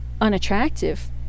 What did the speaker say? unattractive